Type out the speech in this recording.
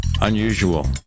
unusual